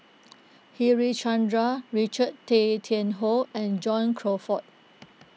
Harichandra Richard Tay Tian Hoe and John Crawfurd